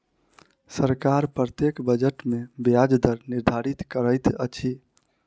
सरकार प्रत्येक बजट सत्र में ब्याज दर निर्धारित करैत अछि